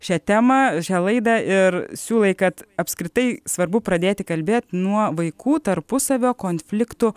šią temą šią laidą ir siūlai kad apskritai svarbu pradėti kalbėt nuo vaikų tarpusavio konfliktų